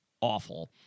awful